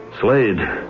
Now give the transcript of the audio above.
Slade